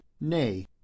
nay